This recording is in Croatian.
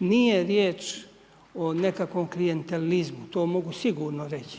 Nije riječ o nekakvom klijentelizmu, to mogu sigurno reći.